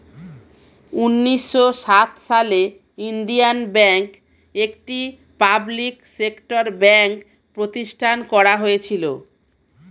উন্নিশো সাত সালে ইন্ডিয়ান ব্যাঙ্ক, একটি পাবলিক সেক্টর ব্যাঙ্ক প্রতিষ্ঠান করা হয়েছিল